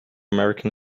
american